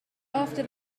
after